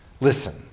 Listen